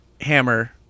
Hammer